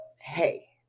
hey